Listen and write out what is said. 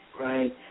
Right